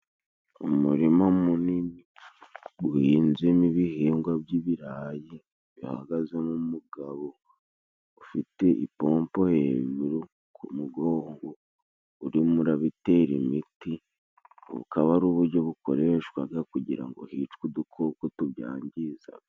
Umurima munini guhinzemo ibihingwa by'ibirayi, bihagazemo umugabo ufite ipompo hejuru ku mugongo urimo urabitera imiti, bukaba ari uburyo bukoreshwaga kugira ngo hicwe udukoko tubyangizaga.